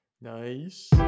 Nice